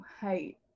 height